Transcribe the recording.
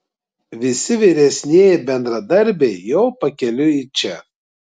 visi vyresnieji bendradarbiai jau pakeliui į čia